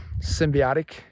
symbiotic